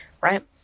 Right